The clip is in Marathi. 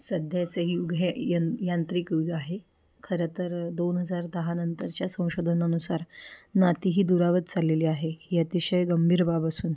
सध्याचे युग हे यं यांत्रिक युग आहे खरं तर दोन हजार दहानंतरच्या संशोधनानुसार नातीही दुरावत चाललेली आहे ही अतिशय गंभीर बाब असून